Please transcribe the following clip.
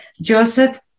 Joseph